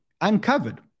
uncovered